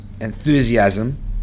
enthusiasm